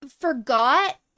forgot